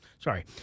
Sorry